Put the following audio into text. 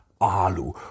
alu